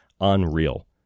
unreal